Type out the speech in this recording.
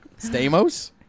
Stamos